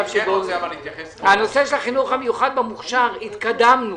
בנושא החינוך המיוחד במוכש"ר התקדמנו.